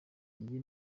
iyi